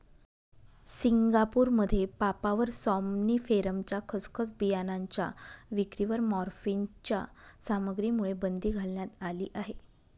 सिंगापूरमध्ये पापाव्हर सॉम्निफेरमच्या खसखस बियाणांच्या विक्रीवर मॉर्फिनच्या सामग्रीमुळे बंदी घालण्यात आली आहे